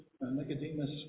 Nicodemus